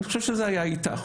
אני חושב שזה היה איתך,